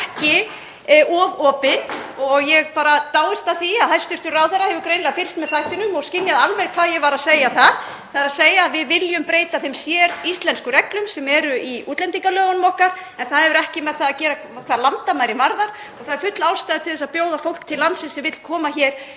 ekki of opin og ég dáist að því að hæstv. ráðherra hefur greinilega fylgst með þættinum og skynjað alveg hvað ég var að segja þar, þ.e. að við viljum breyta þeim séríslensku reglum sem eru í útlendingalögunum okkar. En það hefur ekki með það að gera hvað landamærin varðar og það er full ástæða til að bjóða fólki til landsins sem vill koma